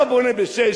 אתה בונה בשש,